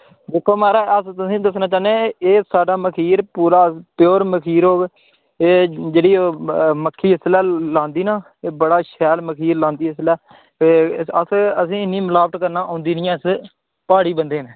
दिक्खो मा'राज अस तुसें ई दस्सना चाह्न्ने एह् साढ़ा मखीर पूरा प्योर मखीर होग एह् जेह्ड़ी मक्खी इसलै लांदी ना ते बड़ा शैल मखीर लांदी इसलै अस असें ई इन्नी मलावट करना औंदी निं ऐ अस प्हाड़ी बंदे न